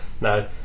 no